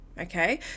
okay